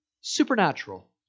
Supernatural